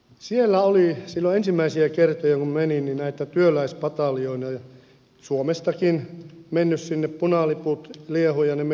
sinne oli silloin ensimmäisiä kertoja kun menin näitä työläispataljoonia suomestakin mennyt punaliput liehuen ja ne menivät